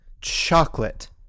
Chocolate